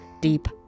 Deep